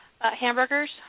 hamburgers